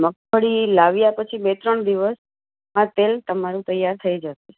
મગફળી લાવ્યા પછી બે ત્રણ દિવસ આ તેલ તમારુ તૈયાર થઈ જશે